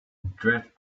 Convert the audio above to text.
drift